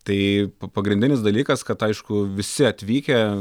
tai pagrindinis dalykas kad aišku visi atvykę